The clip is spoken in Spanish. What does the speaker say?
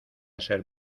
ser